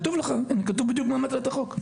כתוב בדיוק מה מטרת החוק.